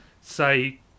say